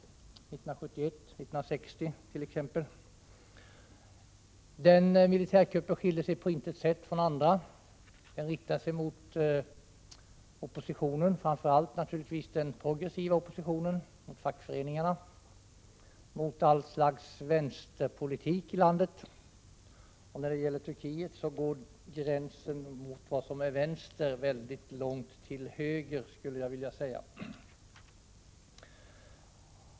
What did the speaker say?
år 1960 och 1971. Militärkuppen 1980 skilde sig på intet sätt från andra. Den riktade sig mot oppositionen, naturligtvis framför allt mot den progressiva oppositionen, mot fackföreningarna och mot allt slags vänsterpolitik i landet. I Turkiet går också gränsen mot vad som är vänster mycket långt till höger, skulle jag vilja säga.